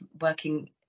working